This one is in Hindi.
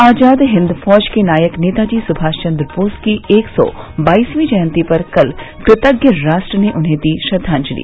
आजाद हिन्द फौज के नायक नेता जी सुभाष चन्द्र बोस की एक सौ बाईसवीं जयंती पर कल कृतज्ञ राष्ट्र ने उन्हें दी श्रद्वाजंलि